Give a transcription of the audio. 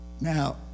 Now